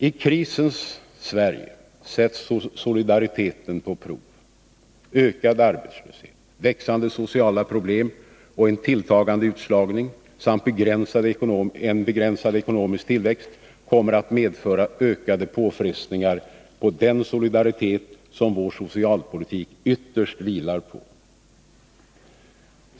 I krisens Sverige sätts solidariteten på prov. Ökad arbetslöshet, växande sociala problem och en tilltagande utslagning samt begränsad ekonomisk tillväxt kommer att medföra ökade påfrestningar på den solidaritet som vår socialpolitik ytterst vilar på.